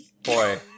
Boy